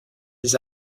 des